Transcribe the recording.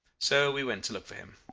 so we went to look for him.